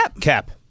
Cap